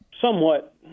somewhat